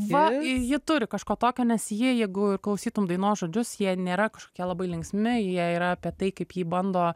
va ir ji turi kažko tokio nes ji jeigu ir klausytum dainos žodžius jie nėra kažkokie labai linksmi jie yra apie tai kaip ji bando